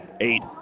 eight